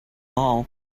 all